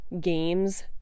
games